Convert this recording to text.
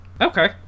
Okay